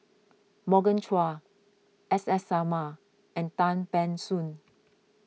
Morgan Chua S S Sarma and Tan Ban Soon